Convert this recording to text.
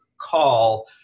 call